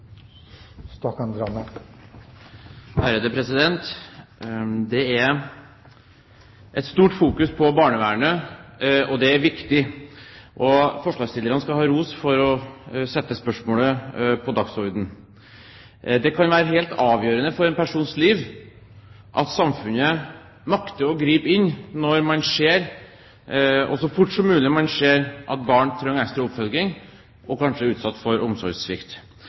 et stort fokus på barnevernet, og det er viktig. Forslagsstillerne skal ha ros for å sette spørsmålet på dagsordenen. Det kan være helt avgjørende for en persons liv at samfunnet makter å gripe inn så fort som mulig når man ser at barn trenger ekstra oppfølging og kanskje er utsatt for omsorgssvikt.